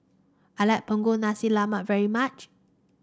I like Punggol Nasi Lemak very much